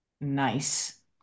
Nice